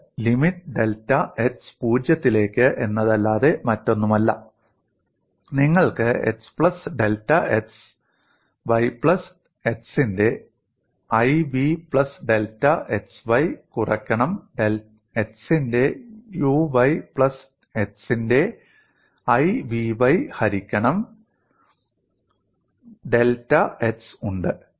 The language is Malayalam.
ഇത് ലിമിറ്റ് ഡെൽറ്റ x 0 ത്തിലേക്ക് എന്നതല്ലാതെ മറ്റൊന്നുമല്ല നിങ്ങൾക്ക് x plus delta x y plus x ന്റെ i v plus delta x y കുറക്കണം x ന്റെ u y പ്ലസ് x ന്റെ i v y ഹരിക്കണം ഡെൽറ്റ x ഉണ്ട്